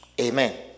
Amen